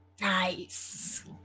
Nice